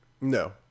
no